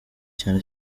cyane